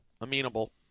Amenable